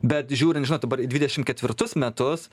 bet žiūrint žinot dabar į dvidešimt ketvirtus metus